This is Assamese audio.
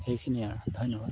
সেইখিনিয়ে আৰু ধন্যবাদ